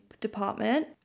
department